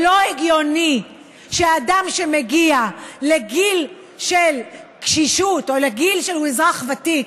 לא הגיוני שאדם שמגיע לגיל של קשישות או לגיל שהוא אזרח ותיק